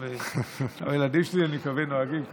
עכשיו הילדים שלי אני מקווה שנוהגים ככה,